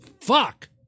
fuck